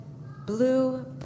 blue